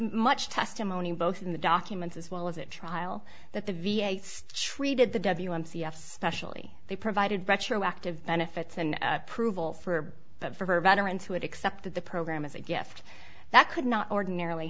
much testimony both in the documents as well as it trial that the v a treated the w m c f specially they provided retroactive benefits and approval for that for veterans who had accepted the program as a gift that could not ordinarily